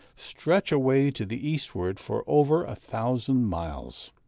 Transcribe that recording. stretch away to the eastward for over a thousand miles.